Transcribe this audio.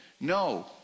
no